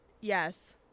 Yes